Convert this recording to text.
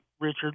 Richard